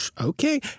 okay